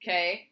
Okay